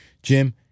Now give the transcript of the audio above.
Jim